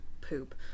poop